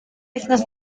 wythnos